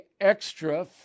extra